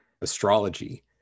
astrology